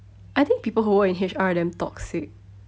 I think people who work in H_R are damn toxic